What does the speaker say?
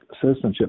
citizenship